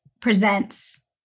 presents